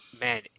man